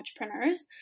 entrepreneurs